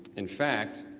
in fact,